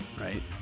right